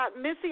Missy